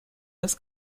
das